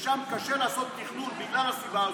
ששם קשה לעשות תכנון בגלל הסיבה הזאת,